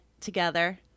together